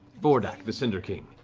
thordak the cinder king.